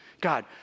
God